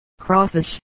crawfish